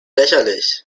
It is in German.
lächerlich